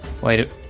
Wait